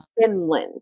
Finland